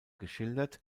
geschildert